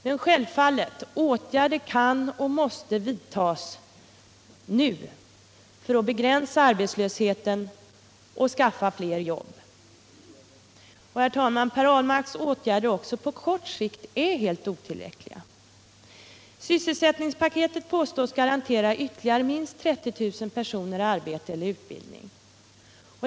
Men åtgärder kan och måste vidtas nu för att begränsa arbetslösheten och skaffa fler jobb. Och, herr talman, Per Ahlmarks åtgärder är också på kort sikt helt otillräckliga. Sysselsättningspaketet påstås garantera ytterligare minst 30 000 personer arbete eller utbildning.